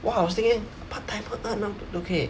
!wah! I was thinking part timer earn up to two K